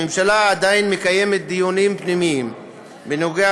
הממשלה עדיין מקיימת דיונים פנימיים בנוגע